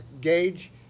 gauge